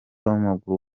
w’amaguru